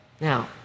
Now